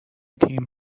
تیم